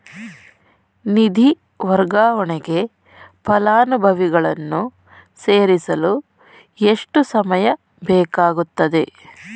ನಿಧಿ ವರ್ಗಾವಣೆಗೆ ಫಲಾನುಭವಿಗಳನ್ನು ಸೇರಿಸಲು ಎಷ್ಟು ಸಮಯ ಬೇಕಾಗುತ್ತದೆ?